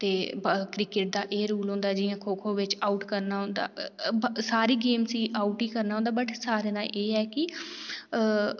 ते क्रिकेट दा एह् रूल होंदा जियां खो खो बिच आऊट करना होंदा सारी गेम च आऊट करना होंदा पर एह् ऐ की